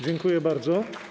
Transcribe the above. Dziękuję bardzo.